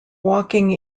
walking